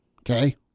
okay